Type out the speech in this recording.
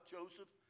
Joseph